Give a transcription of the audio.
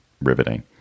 riveting